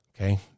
Okay